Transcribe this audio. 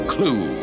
Clue